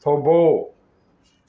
થોભો